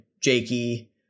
Jakey